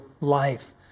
life